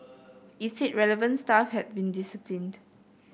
it said relevant staff had been disciplined